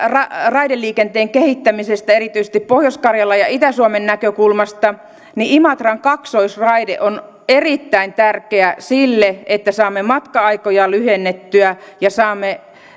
raideliikenteen kehittämisestä erityisesti pohjois karjalan ja itä suomen näkökulmasta niin imatran kaksoisraide on erittäin tärkeä sille että saamme matka aikoja lyhennettyä ja saamme